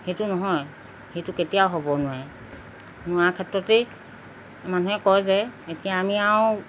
সেইটো নহয় সেইটো কেতিয়াও হ'ব নোৱাৰে নোৱাৰা ক্ষেত্ৰতেই মানুহে কয় যে এতিয়া আমি আৰু